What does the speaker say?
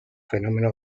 fenómenos